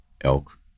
elk